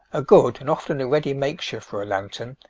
a good and often a ready makeshift for a lantern,